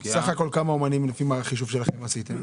הפגיעה --- סך הכל כמה אמנים לפי החישוב שלכם עשיתם?